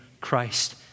Christ